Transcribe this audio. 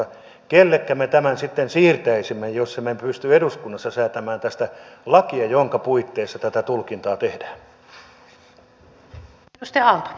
kenellekä me tämän sitten siirtäisimme jos emme pysty eduskunnassa säätämään tästä lakia jonka puitteissa tätä tulkintaa tehdään